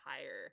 higher